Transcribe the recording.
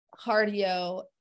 cardio